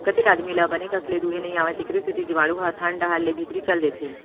कतेक आदमी ल बने कस ले दुहे नइ आवय तेकरे सेती जीवाणु ह थन डहर ले भीतरी चल देथे